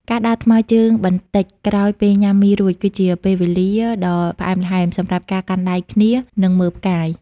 ការដើរថ្មើរជើងបន្តិចក្រោយពេលញ៉ាំមីរួច គឺជាពេលវេលាដ៏ផ្អែមល្ហែមសម្រាប់ការកាន់ដៃគ្នា និងមើលផ្កាយ។